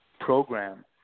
program